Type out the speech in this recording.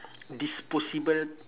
disposable